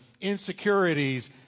insecurities